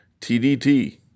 TDT